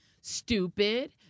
stupid